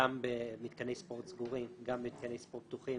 גם במתקני ספורט סגורים, גם במתקני ספורט פתוחים.